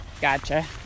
Gotcha